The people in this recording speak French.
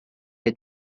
être